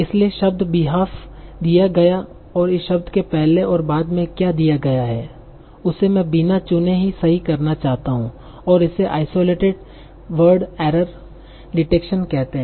इसलिए शब्द b e h a f दिया गया और इस शब्द के पहले और बाद में क्या दिया गया है उसे मैं बिना चुने ही सही करना चाहता हूं और इसे आइसोलेटेड वर्ड एरर डिटेक्शन कहते है